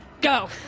go